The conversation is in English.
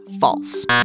false